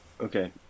Okay